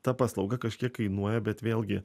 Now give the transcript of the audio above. ta paslauga kažkiek kainuoja bet vėlgi